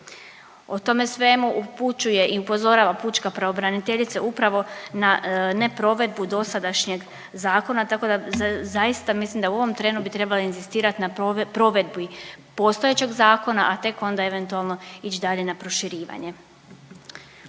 O tome svemu upućuje i upozorava pučka pravobraniteljica upravo na ne provedbu dosadašnjeg zakona tako da zaista mislim da u ovom trenu bi trebalo inzistirat na provedbi postojećeg zakona, a tek onda eventualno ić dalje na proširivanje.